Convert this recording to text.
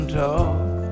talk